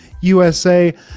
USA